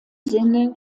sinne